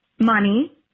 money